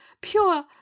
pure